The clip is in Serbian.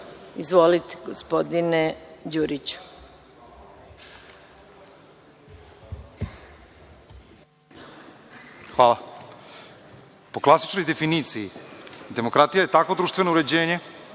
Đuriću. **Vladimir Đurić** Hvala. Po klasičnoj definiciji, demokratija je takvo društveno uređenje